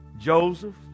joseph